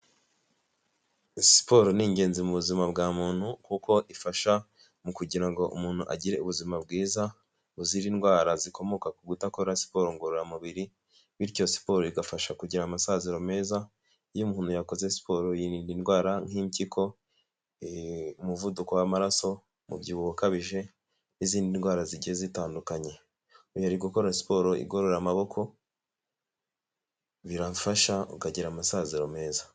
Siporo ni ingenzi mu buzima bwa muntu kuko ifasha mu kugira ngo umuntu agire ubuzima bwiza buzira indwara zikomoka ku kudakora siporo ngororamubiri, bityo siporo igafasha kugira amasaziro meza y'umuntu yakoze siporo yirinda indwara nk'impyiko umuvuduko w'amaraso umubyibuho ukabije n'izindi ndwara zigiye zitandukanye. Uyu arigukora siporo igorora amaboko birafasha ukagira amasaziro meza.